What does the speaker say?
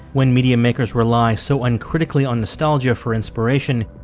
when media makers rely so uncritically on nostalgia for inspiration,